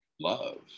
love